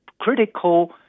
critical